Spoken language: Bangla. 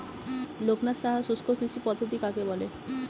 লোকনাথ সাহা শুষ্ককৃষি পদ্ধতি কাকে বলে?